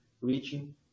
reaching